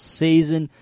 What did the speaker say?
season